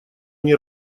они